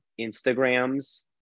Instagrams